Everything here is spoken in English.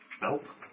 Belt